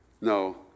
no